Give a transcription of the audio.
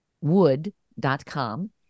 wood.com